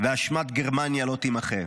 ואשמת גרמניה לא תימחה.